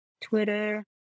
Twitter